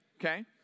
okay